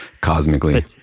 cosmically